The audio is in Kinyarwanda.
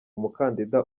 umukandida